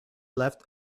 left